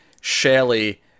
Shelley